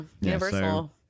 universal